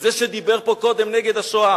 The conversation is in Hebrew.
זה שדיבר פה קודם נגד השואה.